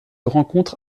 rencontre